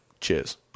Cheers